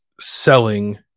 selling